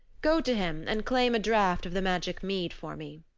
go to him and claim a draught of the magic mead for me.